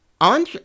on